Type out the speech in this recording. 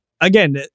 again